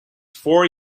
four